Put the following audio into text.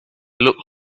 look